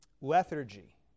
Lethargy